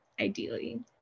ideally